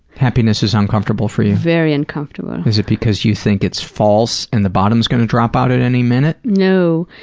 happiness is uncomfortable for you. very uncomfortable. is it because you think it's false and the bottom is going to drop out at any minute? no.